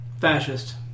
Fascist